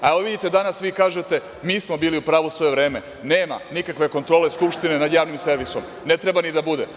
Danas vi kažete – mi smo bili u pravu sve vreme, nema nikakve kontrole Skupštine nad javnim servisom, ne treba ni da bude.